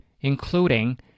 including